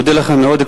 אני מודה לך מאוד,